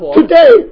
today